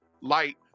light